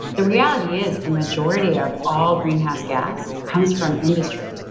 the reality is the majority of all greenhouse gas comes from industry,